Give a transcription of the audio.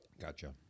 gotcha